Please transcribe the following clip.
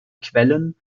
quellen